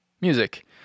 music